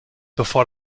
bevor